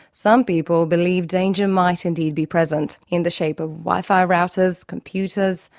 some people believe danger might indeed be present in the shape of wifi routers, computers,